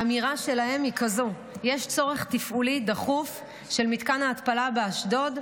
האמירה שלהם היא כזו: יש צורך תפעולי דחוף של מתקן ההתפלה באשדוד.